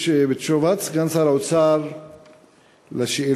בתשובת סגן שר האוצר על שאלתי,